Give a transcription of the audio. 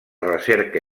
recerca